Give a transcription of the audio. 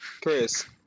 Chris